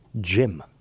jim